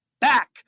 back